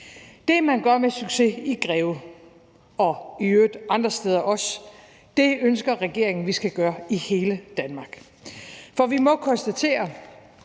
Det, man gør med succes i Greve og i øvrigt også andre steder, ønsker regeringen at vi skal gøre i hele Danmark. For vi må konstatere